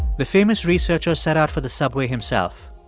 the famous researcher set out for the subway himself.